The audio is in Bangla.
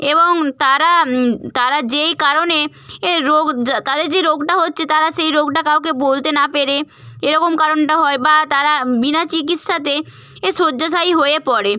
এবং তারা তারা যেই কারণে এ রোগ তাদের যে রোগটা হচ্ছে তারা সেই রোগটা কাউকে বলতে না পেরে এ রকম কারণটা হয় বা তারা বিনা চিকিৎসাতে এ শয্যাশায়ী হয়ে পড়ে